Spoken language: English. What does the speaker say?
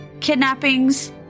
kidnappings